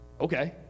Okay